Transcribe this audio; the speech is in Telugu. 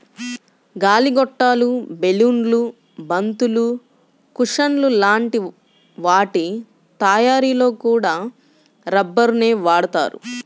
గాలి గొట్టాలు, బెలూన్లు, బంతులు, కుషన్ల లాంటి వాటి తయ్యారీలో కూడా రబ్బరునే వాడతారు